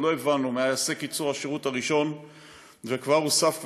ועוד לא הבנו מה יעשה קיצור השירות הראשון וכבר הוסף השני.